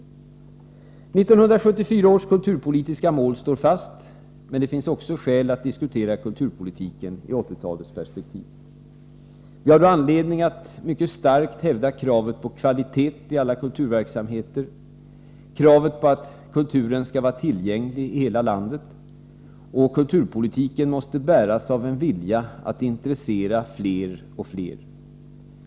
1974 års kulturpolitiska mål står fast, men det finns också skäl att diskutera kulturpolitiken i 1980-talets perspektiv. Vi har då anledning att mycket starkt hävda kravet på kvalitet i alla kulturverksamheter och kravet på att kulturen skall vara tillgänglig i hela landet. Kulturpolitiken måste bäras av en vilja att intressera fler och fler.